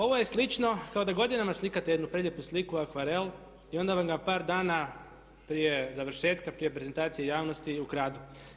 Ovo je slično kao da godinama slikate jednu prelijepu sliku, akvarel i onda vam ga par dana prije završetka, prije prezentacije javnosti ukradu.